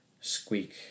Squeak